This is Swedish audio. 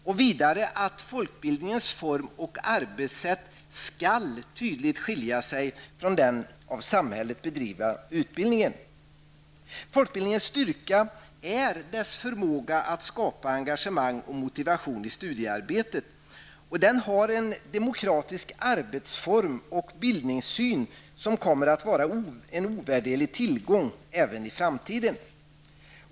Vidare fastslås att folkbildningens form och arbetssätt tydligt skall skilja sig från den av samhället bedrivna utbildningen. Folkbildningens styrka är dess förmåga att skapa engagemang och motivation i studiearbetet. Den har en demokratisk arbetsform och bildningssyn som kommer att vara en ovärderlig tillgång även i framtiden.